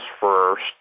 first